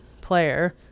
player